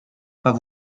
pas